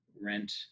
rent